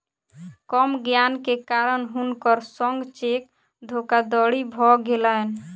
कम ज्ञान के कारण हुनकर संग चेक धोखादड़ी भ गेलैन